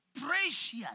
Precious